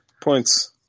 Points